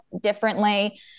differently